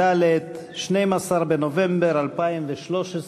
בנובמבר 2013,